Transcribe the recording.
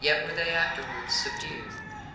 yet were they afterwards subdued